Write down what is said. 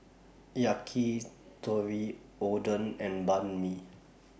Yakitori Oden and Banh MI